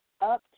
up